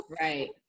Right